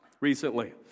recently